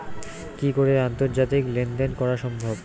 কি করে আন্তর্জাতিক লেনদেন করা সম্ভব?